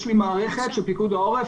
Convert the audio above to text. יש לי מערכת של פיקוד העורף.